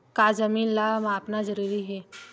का जमीन ला मापना जरूरी हे?